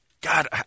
God